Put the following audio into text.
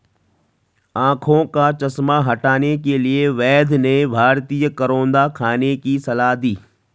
आंखों का चश्मा हटाने के लिए वैद्य ने भारतीय करौंदा खाने की सलाह दी